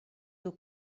your